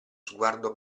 sguardo